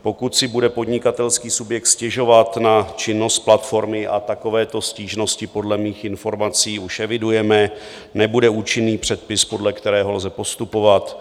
Pokud si bude podnikatelský subjekt stěžovat na činnost platformy, a takovéto stížnosti podle mých informací už evidujeme, nebude účinný předpis, podle kterého lze postupovat.